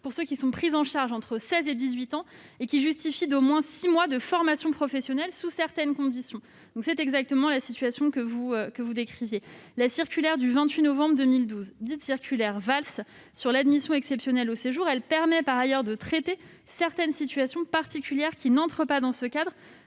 pour ceux qui sont pris en charge entre 16 et 18 ans, et qui justifient d'au moins six mois de formation professionnelle sous certaines conditions. C'est exactement la situation que vous avez décrite, monsieur le sénateur. La circulaire du 28 novembre 2012, dite circulaire Valls, sur l'admission exceptionnelle au séjour permet par ailleurs de traiter certaines situations particulières n'entrant pas dans ce cadre,